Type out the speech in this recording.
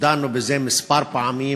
דנו בזה כמה פעמים.